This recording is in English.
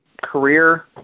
career